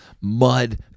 mud